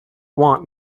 want